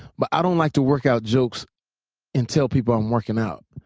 but i don't like to work out jokes and tell people i'm working out.